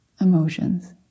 emotions